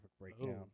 breakdown